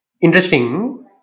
Interesting